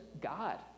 God